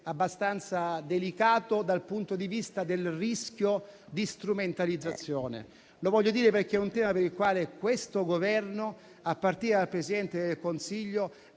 abbastanza delicato dal punto di vista del rischio di strumentalizzazione, perché è un tema per il quale questo Governo, a partire dal Presidente del Consiglio,